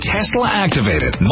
Tesla-activated